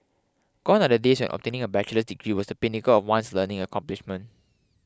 gone are the days obtaining a bachelor degree was the pinnacle of one's learning accomplishment